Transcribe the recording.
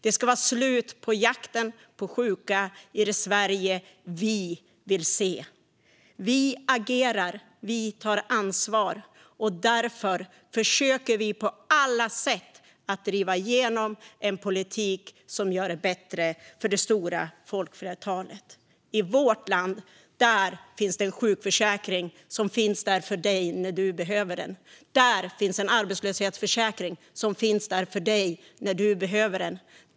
Det ska vara slut på jakten på sjuka i det Sverige vi vill se. Vi agerar, och vi tar ansvar. Därför försöker vi på alla sätt att driva igenom en politik som gör det bättre för det stora folkflertalet. I vårt land finns det en sjukförsäkring för dig när du behöver den. Där finns en arbetslöshetsförsäkring för dig när du behöver den.